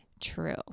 true